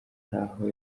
ntaho